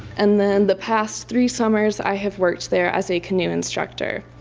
and then the past three summers i have worked there as a canoe instructor.